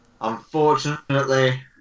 unfortunately